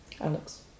Alex